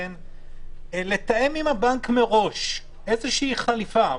לתאם עם הבנק מראש איזה חליפה,